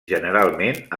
generalment